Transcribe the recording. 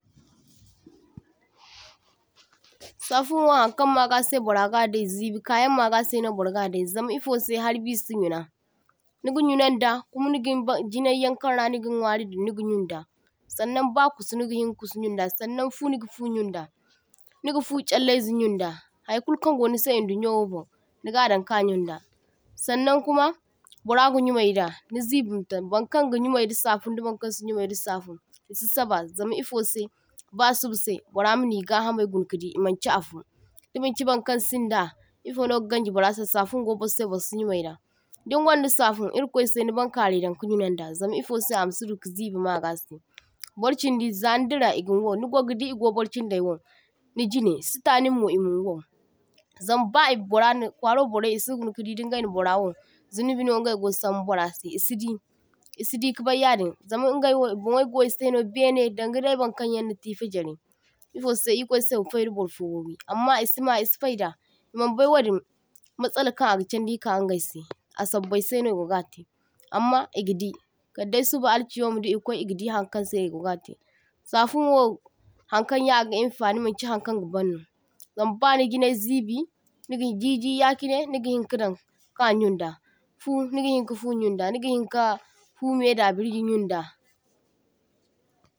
toh – toh Safun wo haŋkaŋ magase bara gadai zibi kayaŋ magase no bargadai, zam ifose haribi si yuna, niga yunaŋda kuma nigin ba jinaiyaŋ kaŋra nigin nwari dan nigi yunda. Saŋnaŋ ba kusu nigihinka kusu yunda, saŋaŋ fu nigi fu yunda niga fu challaize yunda, haikulkaŋ gonise idunyo bon nigadaŋ ka yunda saŋnaŋ kuma boraga yumaida nizibi imadaŋ, baŋkaŋ gayumai da safun da baŋkaŋsi yumaida safun isi saba, zam ifose basubase boramini gahamai gunakadi imaŋchi afo dimaŋchi baŋkaŋsin da ifo noga ganji bara safun go borse borasi yumaida. Dingwaŋda safun irkwaise nibaŋkarai daŋka yunaŋda zam ifose amasi duka zibi magase, burchindi za nidira igin waw nigogadi igobar chindai waw nijine sita ninmo imin waw, zamba ibora na kwaro borai isi gunkidi dingai nabora waw zinibino ingai go sambu barase, isidi isidi kabai yadin zam ingai wo ibonwai go iseno bene daŋgade baŋkaŋyaŋ na katifa jare ifose, irkwaise wa faida barfo wawi amma isima isifaida, imanbai wadin matsala kaŋaga chaŋdi ka ise, a sobbaise no igogata. Amma igadi, kadde suba alkiyoma igakwai igadi haŋkaŋse igogate. Safunwo haŋkaŋyaŋ aga infaŋi maŋchi haŋkaŋ gabaŋno zam baŋi jinai zibi niga jiji yachine nigahinka dan ka yunda, fu nigahinka fu yunda nigahinka fume dabirji yunda.